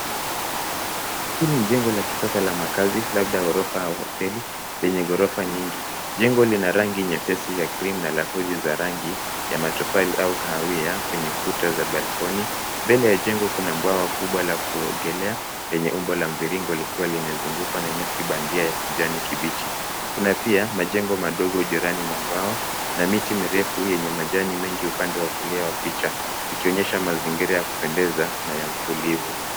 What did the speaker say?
Hii ni jengo la kisasa la makazi ,labda ghorofa au hoteli zenye ghorofa nyingi. Jengo lina rangi nyepesi ya krimu na lakuzi za rangi ya matofali au kahawia, kwenye kuta za balkoni. Mbele ya jengo kuna bwawa kubwa la kuogelea, lenye umbo la mviringo likiwa limezungukwa na nyasi bandia ya kijani kibichi. Kuna pia, majengo madogo jirani na bwawa na miti mirefu yenye majani mengi upande wa kulia picha ,ikionyesha mazingira ya kupendeza na ya utulivu.